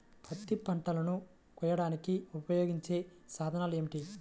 పత్తి పంటలను కోయడానికి ఉపయోగించే సాధనాలు ఏమిటీ?